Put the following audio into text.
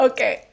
Okay